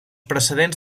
precedents